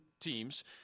teams